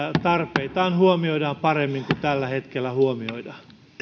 tarpeitaan huomioidaan paremmin kuin tällä hetkellä huomioidaan